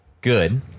good